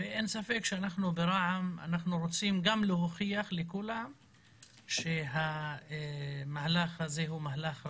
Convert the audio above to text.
אין ספק שאנחנו ברע"מ רוצים להוכיח לכולם שהמהלך הזה הוא מהלך ראוי,